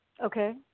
Okay